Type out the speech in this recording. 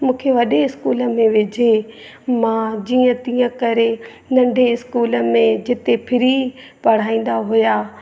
मूंखे वॾे स्कूल में विझे मां जीअं तीअं करे नंढे स्कूल में जिते फ्री पढ़ाईंदा हुया